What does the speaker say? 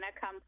come